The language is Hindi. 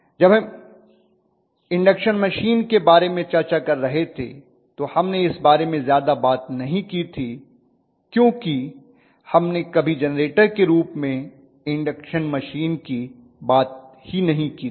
जब हम इंडक्शन मशीन के बारे में चर्चा कर रहे थे तो हमने इस बारे में ज्यादा बात नहीं की थी क्योंकि हमने कभी जेनरेटर के रूप में इंडक्शन मशीन की बात ही नहीं की थी